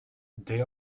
they